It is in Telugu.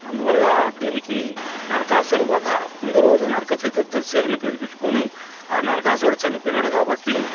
అందువల్ల దీనికి నరకాసుడి వధ ముందు రోజు నరక చతుర్దశి అని పేరు పెట్టుకుని ఆ నరకాసుడు చనిపోయినాడు కాబట్టి